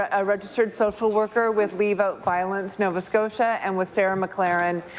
a registered social worker with leave out silence nova scotia and with sarah mclaren,